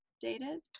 dated